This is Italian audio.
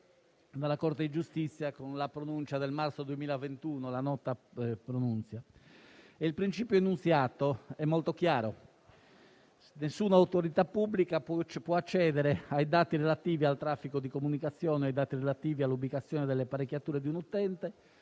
dalla Corte di giustizia, con la nota pronuncia del marzo 2021. Il principio enunziato è molto chiaro: nessuna autorità pubblica può accedere ai dati relativi al traffico di comunicazione e all'ubicazione delle apparecchiature di un utente,